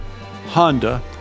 Honda